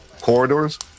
corridors